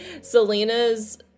Selena's